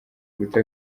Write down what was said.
guta